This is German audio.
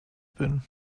bin